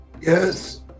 Yes